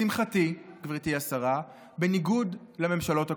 לשמחתי, גברתי השרה, בניגוד לממשלות הקודמות,